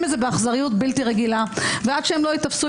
את זה באכזריות בלתי רגילה ועד שלא ייתפסו,